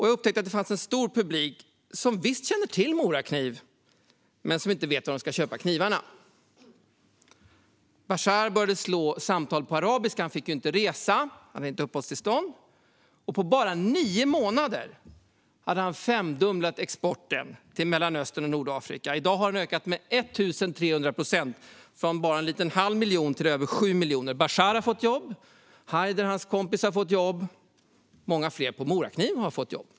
Jag upptäckte att där fanns en stor publik som visst känner till Morakniv, men som inte vet var de ska köpa knivarna." Bashar började ringa samtal på arabiska - han fick ju inte resa, då han inte hade uppehållstillstånd. På bara nio månader hade han femdubblat exporten till Mellanöstern och Nordafrika. I dag har den ökat med 1 300 procent, från bara en halv miljon till över 7 miljoner. Bashar har fått jobb. Hayder och hans kompis har fått jobb. Många fler på Morakniv har fått jobb.